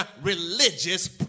religious